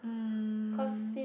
um